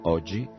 Oggi